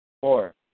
four